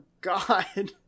God